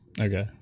Okay